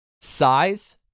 size